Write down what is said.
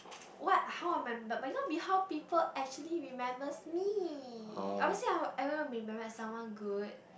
what how I remember may not be how people actually remembers me obviously I want to be remembered as someone good